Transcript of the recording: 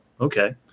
okay